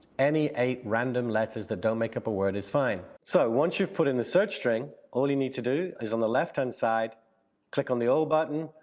any eight random letters that don't make up a word is fine. so once you've put in the search string, all you need to do is on the left hand side click on the all button,